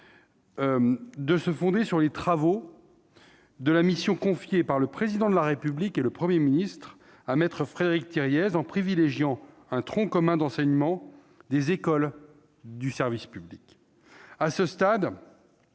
de se fonder sur les travaux de la mission confiée par le Président de la République et le Premier ministre à maître Frédéric Thiriez en privilégiant un tronc commun d'enseignements des écoles de services publics. À ce stade,